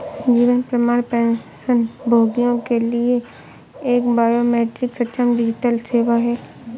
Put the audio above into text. जीवन प्रमाण पेंशनभोगियों के लिए एक बायोमेट्रिक सक्षम डिजिटल सेवा है